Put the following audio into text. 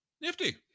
nifty